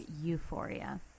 euphoria